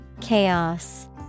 Chaos